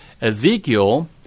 Ezekiel